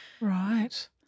Right